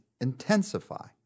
intensify